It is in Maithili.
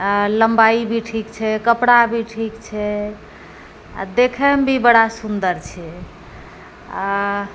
आओर लम्बाइ भी ठीक छै कपड़ा भी ठीक छै आओर देखैमे भी बड़ा सुन्दर छै आओर